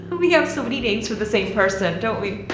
we have so many names for the same person, don't we?